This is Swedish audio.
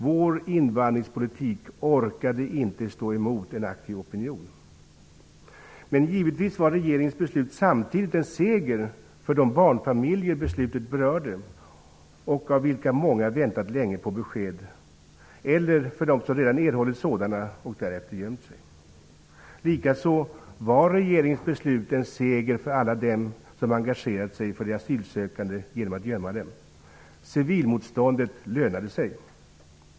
Vår invandrarpolitik orkade inte stå emot en aktiv opinion. Men givetvis var regeringens beslut samtidigt en seger för de barnfamiljer beslutet berörde. Många av dem har väntat länge på besked. Det var också en seger för dem som redan erhållit besked och därefter gömt sig. Likaså var regeringens beslut en seger för alla dem som engagerat sig för de asylsökande genom att gömma dem. Civilmotståndet lönade sig.